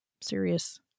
serious